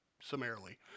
summarily